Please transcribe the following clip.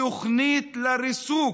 תוכנית לריסוק